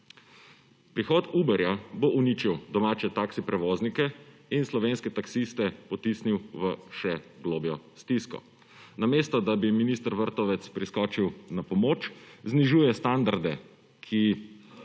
Prihod Uberja bo uničil domače taksi prevoznike in slovenske taksiste potisnil v še globljo stisko. Namesto, da bi minister Vrtovec priskočil na pomoč znižuje standarde, ki